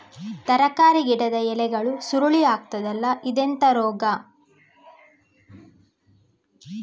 ತರಕಾರಿ ಗಿಡದ ಎಲೆಗಳು ಸುರುಳಿ ಆಗ್ತದಲ್ಲ, ಇದೆಂತ ರೋಗ?